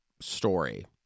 story